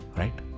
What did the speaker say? right